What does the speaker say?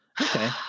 Okay